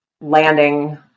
landing